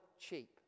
cheap